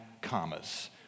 commas